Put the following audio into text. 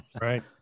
right